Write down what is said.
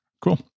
cool